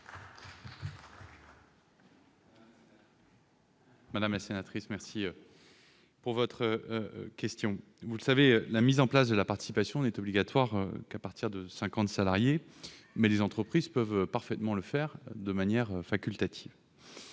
Madame la sénatrice, vous le savez, la mise en place de la participation n'est obligatoire qu'à partir de 50 salariés, mais les autres entreprises peuvent parfaitement le faire de manière facultative.